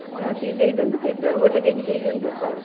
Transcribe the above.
ହେଉ ଟିକିଏ ଦେଇଦିଅନ୍ତୁ ସେହିଥିରୁ ଆଉ ଗୋଟିଏ କେଜି ଦେଇଦିଅନ୍ତୁ ଆଉ